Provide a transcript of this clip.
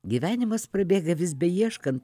gyvenimas prabėga vis beieškant